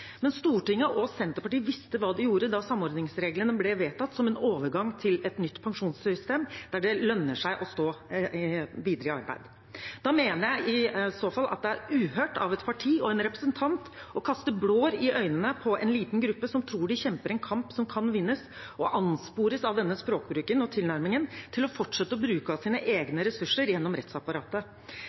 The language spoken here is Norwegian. men Stortinget og Senterpartiet visste hva de gjorde da samordningsreglene ble vedtatt som en overgang til et nytt pensjonssystem der det lønner seg å stå videre i arbeid. Da mener jeg at det i så fall er uhørt av et parti og en representant å kaste blår i øynene på en liten gruppe som tror de kjemper en kamp som kan vinnes, og anspores av denne språkbruken og tilnærmingen til å fortsette å bruke av sine egne ressurser gjennom rettsapparatet.